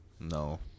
No